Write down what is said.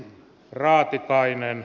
raatikainen